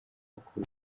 uko